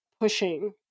pushing